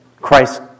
Christ